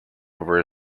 over